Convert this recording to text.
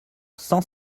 cent